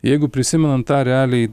jeigu prisimenant tą realiai